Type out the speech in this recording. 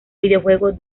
videojuego